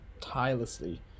tirelessly